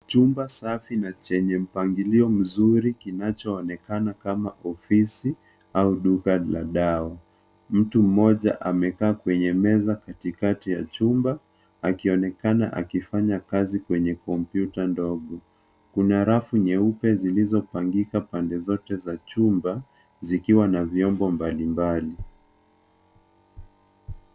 Chumba safi na chenye mpangilio mzuri kinachoonekana kama ofisi au duka la dawa. Mtu mmoja amekaa kwenye meza katikati ya chumba akionekana akifanya kazi kwenye kompyuta ndogo. Kuna rafu nyeupe zilizopangika pande zote za chumba zikiwa na vyombo mbalimbali.